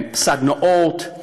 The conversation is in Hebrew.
סדנאות,